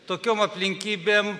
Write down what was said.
tokiom aplinkybėm